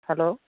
hello